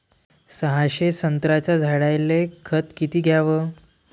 सहाशे संत्र्याच्या झाडायले खत किती घ्याव?